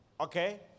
Okay